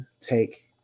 take